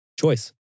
choice